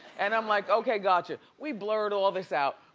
and i'm like, okay, gotcha. we blurred all this out,